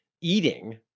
eating